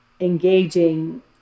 engaging